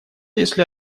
если